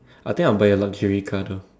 I think I'll buy a luxury car though